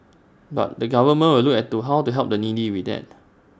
but the government will look at to how to help the needy with that